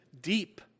deep